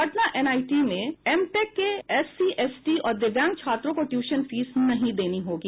Patna NIT में M tech के SC ST और दिव्यांग छात्रों को ट्यूशन फीस नहीं देनी होगी